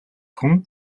хүн